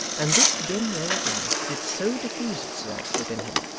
and this dim ray of light did so diffuse itself within him,